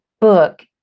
book